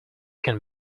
can